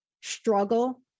struggle